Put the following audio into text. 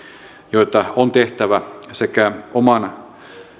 joita on tehtävä sekä oman